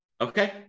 Okay